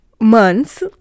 months